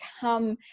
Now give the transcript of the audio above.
come